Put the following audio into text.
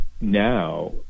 now